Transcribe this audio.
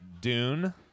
Dune